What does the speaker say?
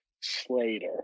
Slater